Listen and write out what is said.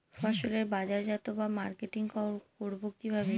ফসলের বাজারজাত বা মার্কেটিং করব কিভাবে?